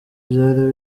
byari